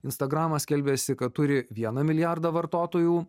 instagramad skelbiasi kad turi vieną milijardą vartotojų